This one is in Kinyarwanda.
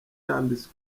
yambitswe